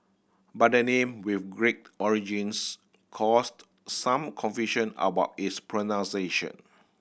but the name with Greek origins caused some confusion about its pronunciation